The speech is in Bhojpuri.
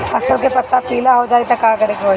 फसल के पत्ता पीला हो जाई त का करेके होई?